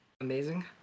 Amazing